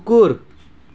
कुकुर